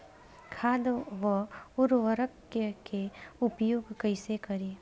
खाद व उर्वरक के उपयोग कईसे करी?